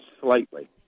slightly